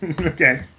Okay